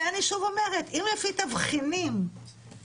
ואני שוב אומרת, אם לפי תבחינים הגיוניים,